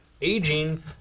aging